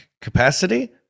capacity